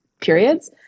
periods